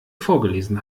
vorgelesen